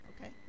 okay